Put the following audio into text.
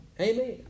Amen